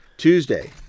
Tuesday